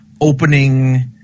opening